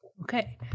Okay